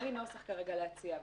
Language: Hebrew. אין לי נוסח כרגע להציע,